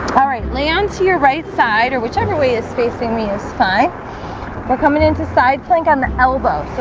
all right, lay onto your right side or whichever way is facing me is fine we're coming into side plank on the elbow.